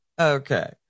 Okay